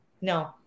No